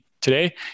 today